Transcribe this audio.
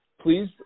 please